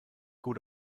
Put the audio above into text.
gut